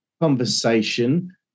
conversation